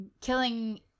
killing